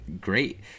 great